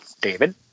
David